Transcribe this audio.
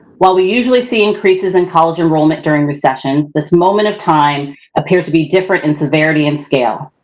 while we usually see increases in college enrollment during recessions, this moment of time appears to be different in severity and scale.